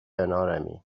کنارمی